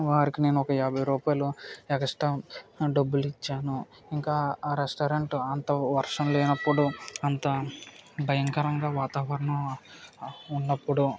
వారికి నేను ఒక యాభై రూపాయలు ఎక్స్ట్రా డబ్బులు ఇచ్చాను ఇంకా ఆ రెస్టారెంట్ అంత వర్షం లేనప్పుడు అంత భయంకరంగా వాతావరణం ఉన్నప్పుడు